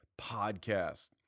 podcast